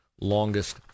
longest